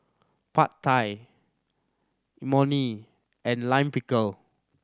Pad Thai Imoni and Lime Pickle